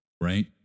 right